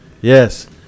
Yes